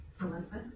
Elizabeth